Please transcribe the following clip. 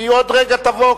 היא עוד רגע תבוא.